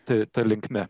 tai ta linkme